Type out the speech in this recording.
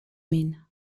min